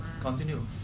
Continue